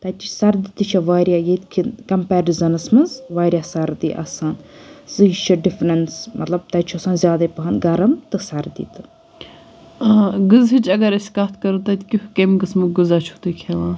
تَتِچ سَردی تہِ چھِ واریاہ ییٚتہِ کہِ کَمپیرزَنَس منٛز واریاہ سَردِی آسان یہِ چھِ ڈِفرَنٕس مَطلَب تَتہِ چھُ آسان زِیادٕ پَہَن گَرَم تہٕ سَردِی تہٕ